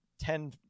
ten